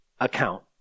account